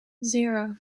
zero